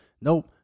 Nope